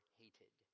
hated